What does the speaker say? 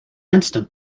instant